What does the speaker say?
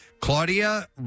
Claudia